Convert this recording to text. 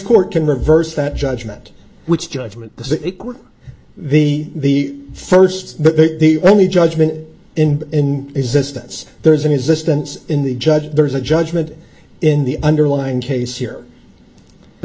court can reverse that judgment which judgment the the first the only judgment in existence there's an existence in the judge there's a judgment in the underlying case here the